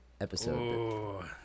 episode